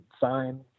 sign